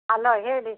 hello ಹೇಳಿ